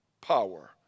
power